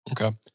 Okay